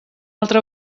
altra